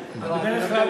תתייחס לזה פעם אחת.